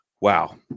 Wow